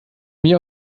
mir